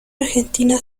argentina